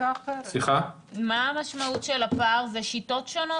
זה שיטות שונות?